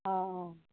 অ